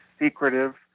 secretive